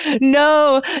no